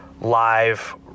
live